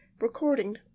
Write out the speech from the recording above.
Recording